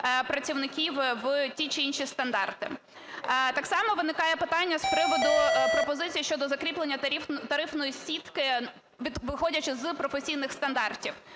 працівників в ті чи інші стандарти. Так само виникає питання з приводу пропозицій щодо закріплення тарифної сітки, виходячи з професійних стандартів.